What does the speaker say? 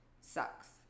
sucks